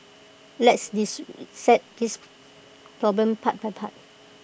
let's dissect this problem part by part